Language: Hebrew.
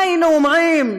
מה היינו אומרים",